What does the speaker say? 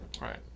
Right